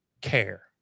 care